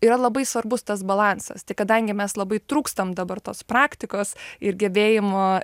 yra labai svarbus tas balansas tai kadangi mes labai trūkstam dabar tos praktikos ir gebėjimo